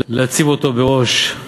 להציב אותו בראש,